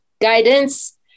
Guidance